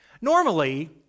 Normally